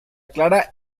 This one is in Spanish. clara